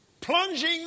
plunging